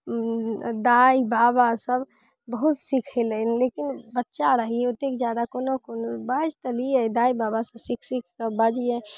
दाइ बाबा सब बहुत सीखेलनि लेकिन बच्चा रहिए ओते जादा कोनो कोनो बाजि तऽ लियै दाय बाबा से सीख सीखके बजियै